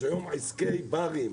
יש היום עסקי ברים,